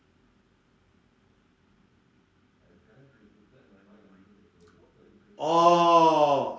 orh